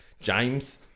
James